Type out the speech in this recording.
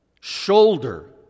shoulder